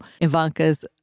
Ivanka's